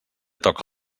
toca